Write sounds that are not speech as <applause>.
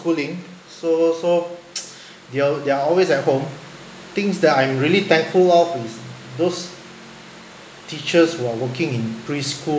schooling so so <noise> they're they're always at home things that I'm really thankful of is those teachers who are working in preschool